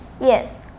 Yes